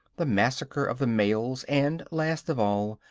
the massacre of the males, and, last of all,